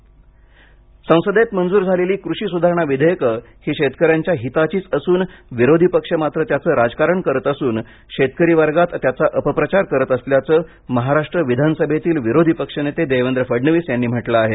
देवेंद्र फडणवीस कृषी विधेयक संसदेत मंजूर झालेली कृषी सुधारणा विधेयक ही शेतकऱ्यांच्या हिताचीच असून विरोधी पक्ष मात्र त्याचं राजकारण करत असून शेतकरी वर्गात त्याचा अपप्रचार करत असल्याचं महाराष्ट्र विधानसभेतील विरोधी पक्ष नेते यांनी म्हंटलं आहे